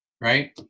right